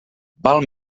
val